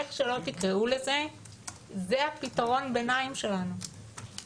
איך שלא תקראו לזה זה פתרון הביניים שלנו.